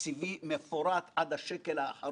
אפשר לומר